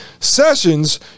Sessions